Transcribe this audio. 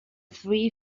three